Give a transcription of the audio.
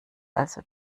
also